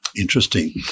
Interesting